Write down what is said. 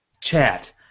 chat